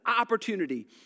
opportunity